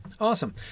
awesome